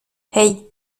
hey